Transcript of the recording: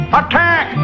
attack